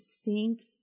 sinks